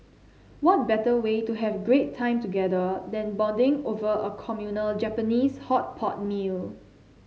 what better way to have great time together than bonding over a communal Japanese hot pot meal